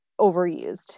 overused